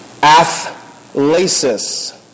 athlasis